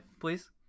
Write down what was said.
please